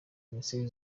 ministere